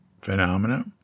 phenomena